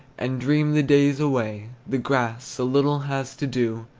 and dream the days away, the grass so little has to do,